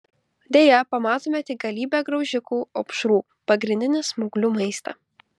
deja pamatome tik galybę graužikų opšrų pagrindinį smauglių maistą